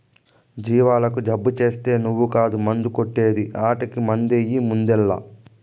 జీవాలకు జబ్బు చేస్తే నువ్వు కాదు మందు కొట్టే ది ఆటకి మందెయ్యి ముందల్ల